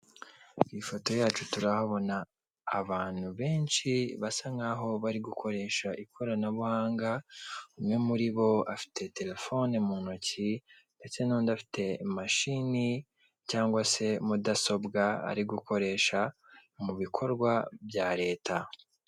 Ifoto yacu turahabona abantu benshi basa nkaho bari gukoresha ikoranabuhanga, umwe muri bo afite telefone mu ntoki ndetse n'undi afite imashini cyangwa se mudasobwa ari gukoresha mu bikorwa bya leta.